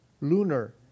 lunar